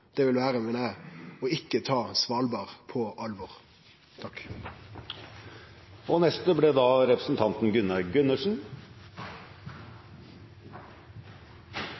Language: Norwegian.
Det vil, meiner eg, vere ikkje å ta Svalbard på alvor.